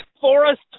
forest